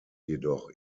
jedoch